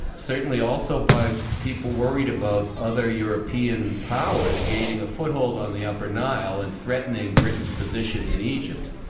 certainly also by people worried about other european powers gaining a foothold on the upper nile and threatening britain's position in egypt.